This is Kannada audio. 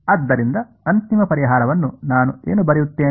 ಆದ್ದರಿಂದ ಅಂತಿಮ ಪರಿಹಾರವನ್ನು ನಾನು ಏನು ಬರೆಯುತ್ತೇನೆ